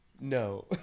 No